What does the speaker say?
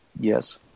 Yes